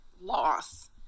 loss